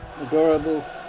adorable